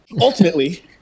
Ultimately